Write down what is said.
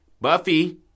Buffy